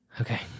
Okay